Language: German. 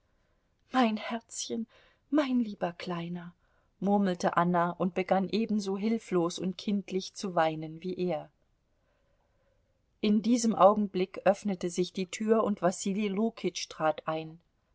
mein herzchen mein lieber kleiner murmelte anna und begann ebenso hilflos und kindlich zu weinen wie er in diesem augenblick öffnete sich die tür und wasili lukitsch trat ein